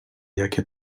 jakie